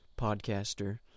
podcaster